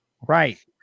Right